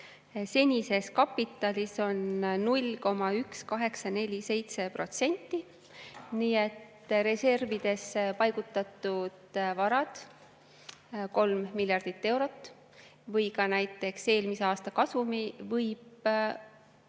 senises kapitalis on 0,1847%. Nii et reservidesse paigutatud varad 3 miljardit eurot. Või ka näiteks eelmise aasta kasumi ...